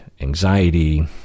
anxiety